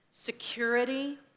security